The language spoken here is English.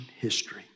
history